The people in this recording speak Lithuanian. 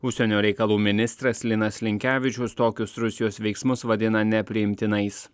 užsienio reikalų ministras linas linkevičius tokius rusijos veiksmus vadina nepriimtinais